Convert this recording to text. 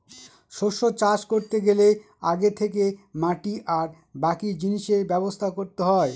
শস্য চাষ করতে গেলে আগে থেকে মাটি আর বাকি জিনিসের ব্যবস্থা করতে হয়